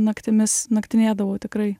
naktimis naktinėdavau tikrai